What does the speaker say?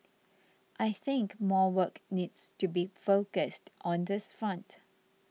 I think more work needs to be focused on this front